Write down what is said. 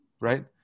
right